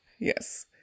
Yes